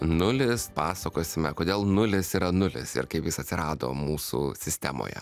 nulis pasakosime kodėl nulis yra nulis ir kaip jis atsirado mūsų sistemoje